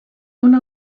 una